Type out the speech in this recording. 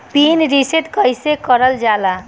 Pin reset कईसे करल जाला?